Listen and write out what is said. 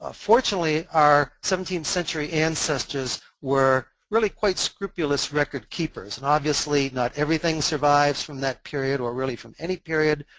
ah fortunately our seventeenth-century ancestors were really quite scrupulous record keepers. and obviously not everything survives from that period or really from any period.